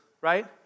right